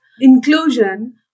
inclusion